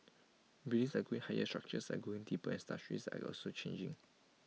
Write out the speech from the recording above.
buildings are going higher structures are getting deeper and industries are also changing